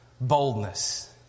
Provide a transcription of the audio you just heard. boldness